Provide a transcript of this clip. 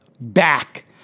back